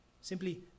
simply